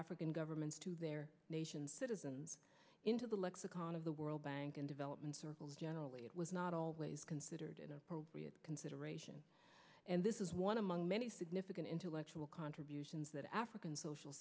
african governments to their nations citizens into the lexicon of the world bank in development circles generally it was not always considered inappropriate consideration and this is one among many significant intellectual contributions that african social